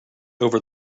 over